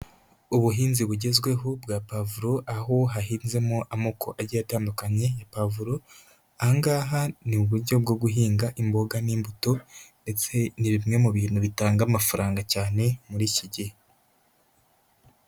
Ubuhinzi bugezweho bwa pavuro aho hahinzemo amoko agiye atandukanye ya pavuro, aha ngaha ni uburyo bwo guhinga imboga n'imbuto ndetse ni bimwe mu bintu bitanga amafaranga cyane muri iki gihe.